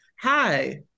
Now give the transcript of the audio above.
Hi